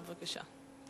בבקשה.